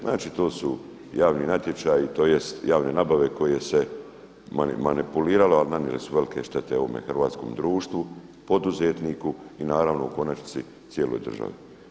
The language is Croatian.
Znači to su javni natječaji tj. javne nabave koje su manipuliralo ali nanijele su velike štete ovom hrvatskom društvu, poduzetniku i naravno u konačnici cijeloj državi.